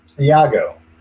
Iago